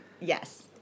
Yes